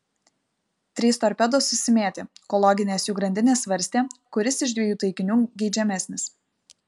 trys torpedos susimėtė kol loginės jų grandinės svarstė kuris iš dviejų taikinių geidžiamesnis